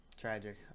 tragic